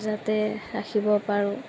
যাতে ৰাখিব পাৰোঁ